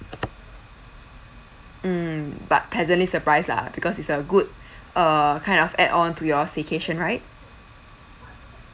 mm but pleasantly surprised lah because it's a good err kind of add on to your staycation right